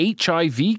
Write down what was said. HIV